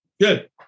Good